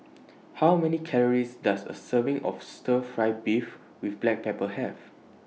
How Many Calories Does A Serving of Stir Fry Beef with Black Pepper Have